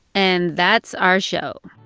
and that's our show.